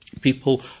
People